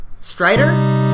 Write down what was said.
Strider